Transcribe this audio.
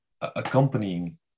accompanying